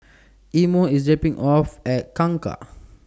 Imo IS dropping off At Kangkar